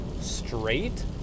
straight